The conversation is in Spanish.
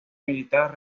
militar